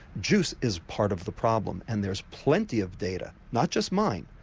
juice is part of the problem and there's plenty of data, not just mine.